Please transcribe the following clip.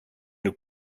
nous